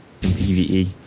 PvE